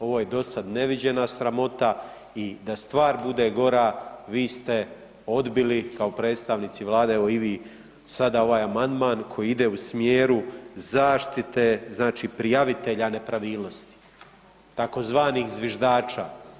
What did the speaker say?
Ovo je dosad neviđena sramota i da stvar bude gora, vi ste odbili kao predstavnici Vlade, evo i vi sada ovaj amandman koji ide u smjeru zaštite, znači prijavitelja nepravilnosti, tzv. zviždača.